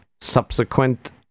subsequent